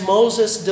Moses